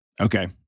Okay